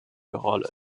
rolle